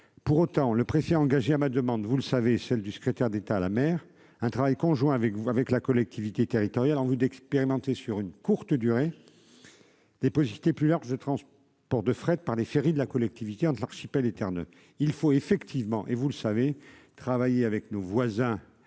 pour autant, le préfet engagé à ma demande, vous le savez, celle du secrétaire d'État à la mer, un travail conjoint avec vous, avec la collectivité territoriale en vue d'expérimenter sur une courte durée des possibilités plus large pour de Fred par les ferries de la collectivité de l'archipel terne, il faut effectivement, et vous le savez, travailler avec nos voisins